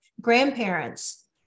grandparents